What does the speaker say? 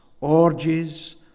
orgies